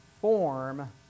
form